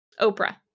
Oprah